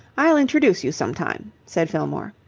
i'll introduce you sometime said fillmore.